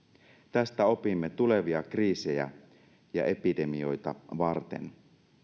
tästä opimme tulevia kriisejä ja epidemioita varten